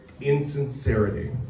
Insincerity